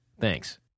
Thanks